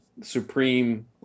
Supreme